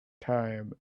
time